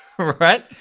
Right